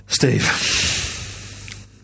Steve